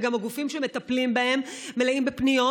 וגם הגופים שמטפלים בהם מלאים בפניות.